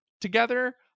together